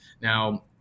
Now